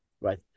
right